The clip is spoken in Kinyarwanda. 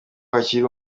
hakiri